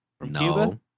No